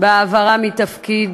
בהעברה מתפקיד